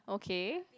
okay